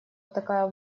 такая